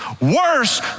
worse